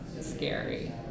scary